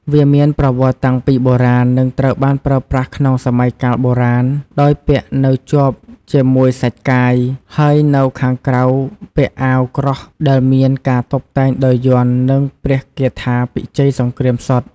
វាមានប្រវត្តិតាំងពីបុរាណ និងត្រូវបានប្រើប្រាស់ក្នុងសម័យកាលបុរាណ ដោយពាក់នៅជាប់ជាមួយសាច់កាយ ហើយនៅខាងក្រៅពាក់អាវក្រោះដែលមានការតុបតែងដោយយ័ន្ត និងព្រះគាថាពិជ័យសង្គ្រាមសុទ្ធ។